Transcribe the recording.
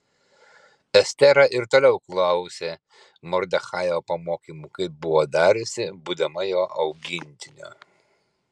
estera ir toliau klausė mordechajo pamokymų kaip buvo dariusi būdama jo augintinė